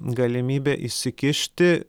galimybė įsikišti